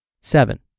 Seven